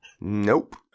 Nope